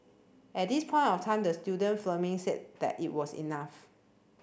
at this point of time the student filming said that it was enough